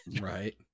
Right